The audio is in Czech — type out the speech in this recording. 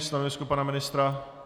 Stanovisko pana ministra?